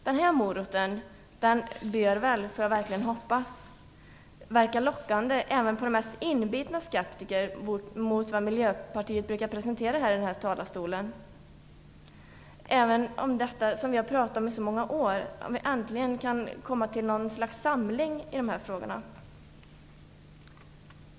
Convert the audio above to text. Den moroten bör - det får vi verkligen hoppas - väl verka lockande även på den mest inbitna skeptiker mot det som Miljöpartiet brukar presentera. Vi har pratat om detta under många år och hoppas att vi äntligen kan nå något slags samling i dessa frågor.